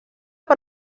per